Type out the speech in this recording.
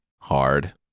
hard